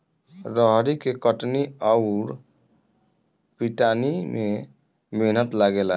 रहरी के कटनी अउर पिटानी में मेहनत लागेला